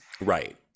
right